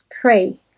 Pray